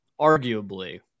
arguably